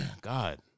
God